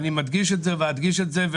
אני מדגיש את זה ואדגיש את זה,